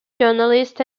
journalist